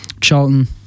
Charlton